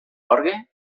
orgue